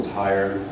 tired